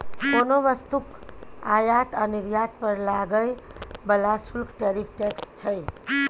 कोनो वस्तुक आयात आ निर्यात पर लागय बला शुल्क टैरिफ टैक्स छै